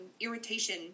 irritation